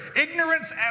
ignorance